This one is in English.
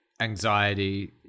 anxiety